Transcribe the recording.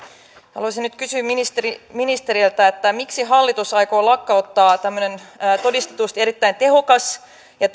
haluaisin nyt kysyä ministeriltä miksi hallitus aikoo lakkauttaa tämmöisen todistetusti erittäin tehokkaan ja